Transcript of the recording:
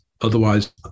Otherwise